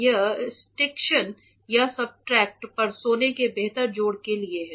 यह स्टिकशन या सब्सट्रेट पर सोने के बेहतर जोड़ के लिए है